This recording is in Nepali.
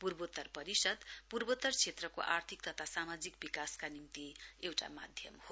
पूर्वोत्तर परिषद पूर्वोत्तर क्षेत्रको आर्थिक तथा सामाजिक विकासको निम्ति एउटा माध्यम हो